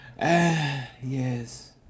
Yes